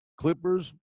Clippers